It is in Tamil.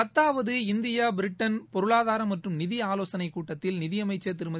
பத்தாவது இந்தியா பிரிட்டன் பொருளாதார மற்றும் நிதி ஆலோசனை கூட்டத்தில் நிதியமைச்ச் திருமதி